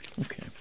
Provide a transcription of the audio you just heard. Okay